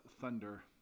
Thunder